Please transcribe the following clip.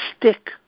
stick